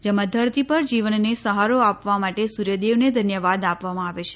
જેમાં ધરતી પર જીવનને સહારો આપવા માટે સૂર્યદેવને ધન્યવાદ આપવામાં આવે છે